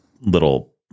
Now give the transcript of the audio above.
little